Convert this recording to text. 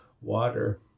water